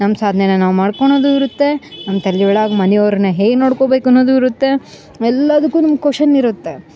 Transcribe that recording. ನಮ್ಮ ಸಾಧ್ನೆನ ನಾವು ಮಾಡ್ಕೊಳೋದು ಇರುತ್ತೆ ನಮ್ಮ ತಲೆ ಒಳಗ ಮನೆಯವರನ್ನ ಹೇಗೆ ನೋಡ್ಕೊಬೇಕು ಅನ್ನೋದು ಇರುತ್ತೆ ಎಲ್ಲದಕ್ಕುನು ಒಂದು ಕೊಷನ್ ಇರುತ್ತೆ